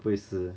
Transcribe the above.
会死